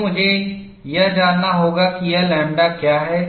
तो मुझे यह जानना होगा कि यह लैम्ब्डा क्या है